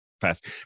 fast